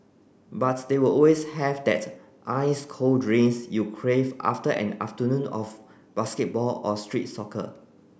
but they will always have that ice cold drinks you crave after an afternoon of basketball or street soccer